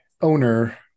owner